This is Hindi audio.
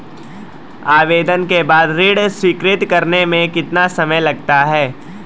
आवेदन के बाद ऋण स्वीकृत करने में कितना समय लगता है?